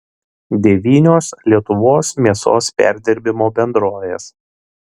devynios lietuvos mėsos perdirbimo bendrovės